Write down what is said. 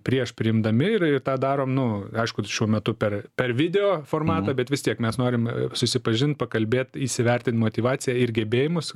prieš priimdami ir ir tą darom nu aišku šiuo metu per per videoformatą bet vis tiek mes norim susipažint pakalbėt įsivertint motyvaciją ir gebėjimus